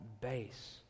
base